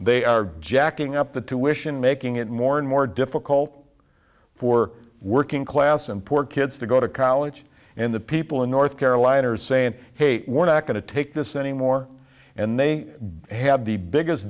they are jacking up the tuition making it more and more difficult for working class and poor kids to go to college and the people in north carolina are saying hey we're not going to take this anymore and they have the biggest